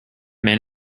man